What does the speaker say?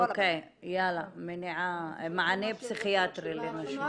אוקיי, מענה פסיכיאטרי לנשים.